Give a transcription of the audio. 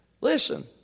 Listen